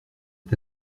est